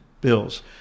bills